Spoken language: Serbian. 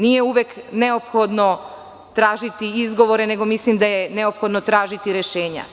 Nije uvek neophodno tražiti izgovore, nego mislim da je neophodno tražiti rešenja.